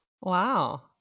wow